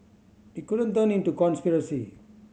it couldn't turn into conspiracy